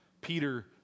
Peter